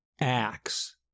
acts